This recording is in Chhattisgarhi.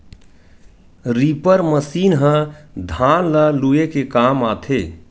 रीपर मसीन ह धान ल लूए के काम आथे